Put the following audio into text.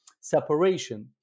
separation